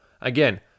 Again